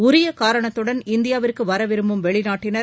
உரிய காரணத்துடன் இந்தியாவிற்கு வர விரும்பும் வெளிநாட்டினர்